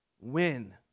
win